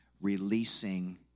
releasing